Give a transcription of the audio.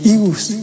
use